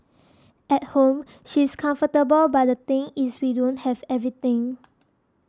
at home she's comfortable but the thing is we don't have everything